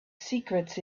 secrets